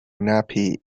nappy